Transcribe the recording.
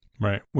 Right